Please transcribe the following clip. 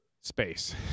space